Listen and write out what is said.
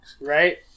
Right